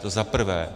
To za prvé.